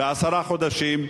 ועשרה חודשים,